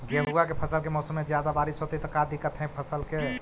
गेहुआ के फसल के मौसम में ज्यादा बारिश होतई त का दिक्कत हैं फसल के?